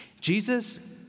Jesus